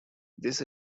this